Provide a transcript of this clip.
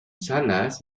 salas